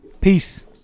Peace